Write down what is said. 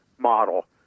model